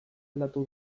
aldatu